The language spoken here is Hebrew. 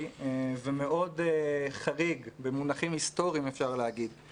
ומאוד חריג במונחים היסטוריים למשבר תקציבי